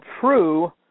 True